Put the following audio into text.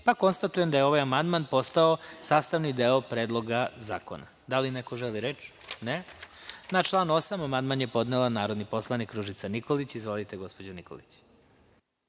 Srbije. Konstatujem da je ovaj amandman postao sastavni deo Predloga zakona. Da li neko želi reč? (Ne.)Na član 8. amandman je podnela narodni poslanik Ružica Nikolić. Izvolite, gospođo Nikolić.